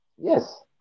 Yes